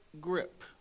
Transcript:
grip